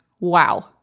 Wow